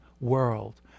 world